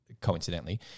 coincidentally